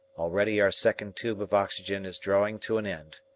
already our second tube of oxygen is drawing to an end.